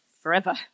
Forever